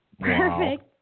Perfect